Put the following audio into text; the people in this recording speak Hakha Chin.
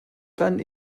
kan